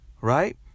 Right